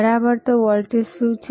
બરાબર તો વોલ્ટેજ શું છે